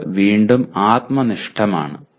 അത് വീണ്ടും ആത്മനിഷ്ഠമാണ്